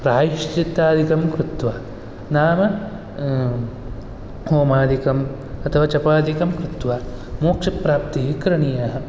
प्रायश्चित्तादिकं कृत्वा नाम होमादिकं अथवा जपादिकं कृत्वा मोक्षप्राप्तिः करणीयाः